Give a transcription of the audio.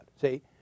See